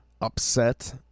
upset